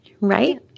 Right